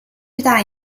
巨大